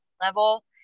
level